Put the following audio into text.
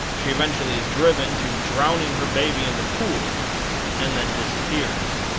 she eventually is driven to drowning her baby in the pool and then disappears.